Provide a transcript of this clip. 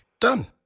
Done